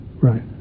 Right